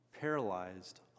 paralyzed